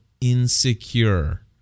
insecure